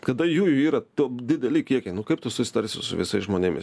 kada jų yra tok dideliai kiekiai nu kaip tu susitarsi su visais žmonėmis